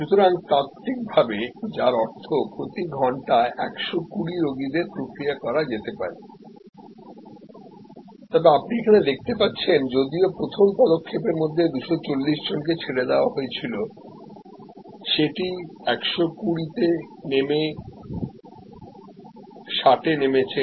সুতরাং তাত্ত্বিকভাবে যার অর্থ প্রতি ঘন্টা 120 রোগীদের প্রক্রিয়া করা যেতে পারে তবে আপনি এখানে দেখতে পাচ্ছেন যদিও প্রথম পদক্ষেপের মধ্যে 240 জনকে ছেড়ে দেওয়া হয়েছিল যেটি 120 তে নেমে 60 তে নেমেছে